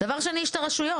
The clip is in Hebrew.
דבר שני, יש את הרשויות.